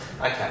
Okay